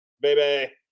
Baby